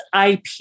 IP